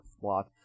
plot